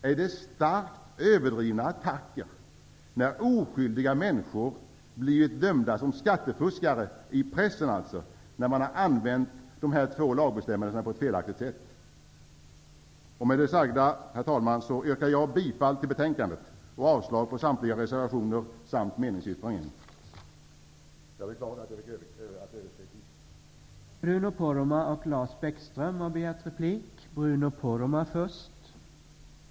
Är det starkt överdrivna attacker när oskyldiga människor i pressen blir dömda som skattefuskare, när de har tillämpat dessa två lagbestämmelser på ett felaktigt sätt? Herr talman! Med det anförda yrkar jag bifall till hemställan i betänkandet samt avslag på samtliga reservationer och meningsyttringen. Jag beklagar att jag överskred tiden.